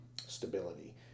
stability